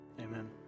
Amen